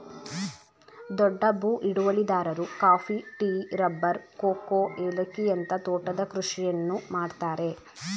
ದೊಡ್ಡ ಭೂ ಹಿಡುವಳಿದಾರರು ಕಾಫಿ, ಟೀ, ರಬ್ಬರ್, ಕೋಕೋ, ಏಲಕ್ಕಿಯಂತ ತೋಟದ ಕೃಷಿಯನ್ನು ಮಾಡ್ತರೆ